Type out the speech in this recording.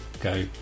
go